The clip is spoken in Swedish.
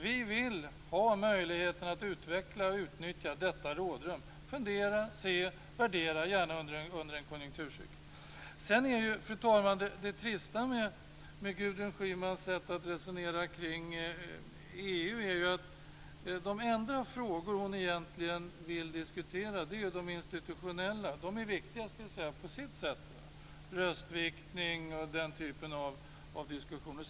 Vi vill ha möjligheten att utveckla och utnyttja detta rådrum, fundera, se, värdera, gärna under en konjunkturcykel. Fru talman! Det trista med Gudrun Schymans sätt att resonera kring EU är ju att de enda frågor hon egentligen vill diskutera är de institutionella. De är viktiga på sitt sätt, röstviktning och den typen av diskussioner.